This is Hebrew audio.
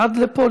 עד לפה,